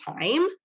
time